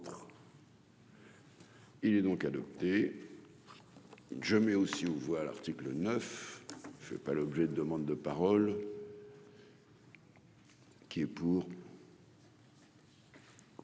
Il est donc adopté je mais aussi aux voix, l'article 9 je ne fait pas l'objet de demandes de parole. Qui est pour.